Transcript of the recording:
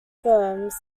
firms